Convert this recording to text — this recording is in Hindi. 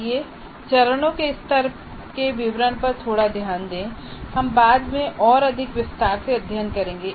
आइए चरणों के पहले स्तर के विवरण पर थोड़ा ध्यान दें हम बाद में और अधिक विस्तार से अध्ययन करेंगे